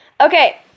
Okay